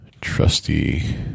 trusty